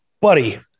buddy